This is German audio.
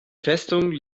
festung